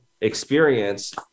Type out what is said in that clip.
experience